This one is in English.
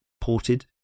ported